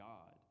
God